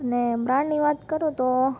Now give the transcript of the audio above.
અને બ્રાન્ડની વાત કરું તો